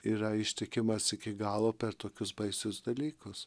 yra ištikimas iki galo per tokius baisius dalykus